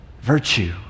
virtue